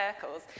circles